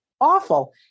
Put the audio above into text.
awful